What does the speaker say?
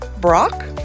Brock